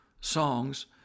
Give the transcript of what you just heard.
songs